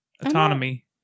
autonomy